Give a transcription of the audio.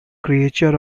creature